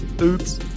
Oops